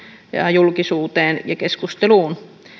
julkisuuteen ja keskusteluun